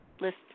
list